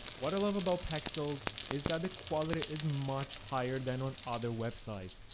what i love about pexels is that the quality is much higher than on other websites,